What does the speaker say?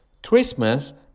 Christmas